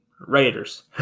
Raiders